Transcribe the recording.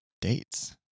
dates